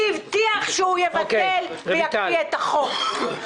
-- והבטיח שהוא יבטל ויקפיא את החוק.